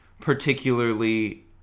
particularly